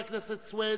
חבר הכנסת סוייד,